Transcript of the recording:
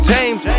James